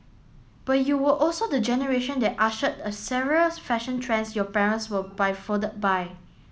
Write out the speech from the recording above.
but you were also the generation that ushered a several fashion trends your parents were befuddled by